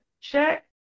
check